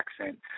accent